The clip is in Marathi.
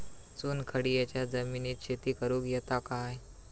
चुनखडीयेच्या जमिनीत शेती करुक येता काय?